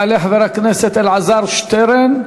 יעלה חבר הכנסת אלעזר שטרן,